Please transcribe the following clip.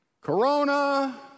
Corona